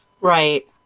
Right